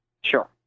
Sure